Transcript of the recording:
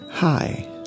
Hi